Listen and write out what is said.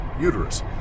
uterus